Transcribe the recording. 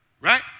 Right